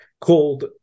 called